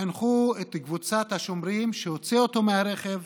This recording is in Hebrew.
חינכו את קבוצת השומרים שהוציאה אותו מהרכב